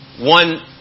One